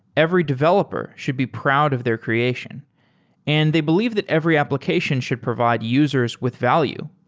every developer should be proud of their creation and they believe that every application should provide users with value.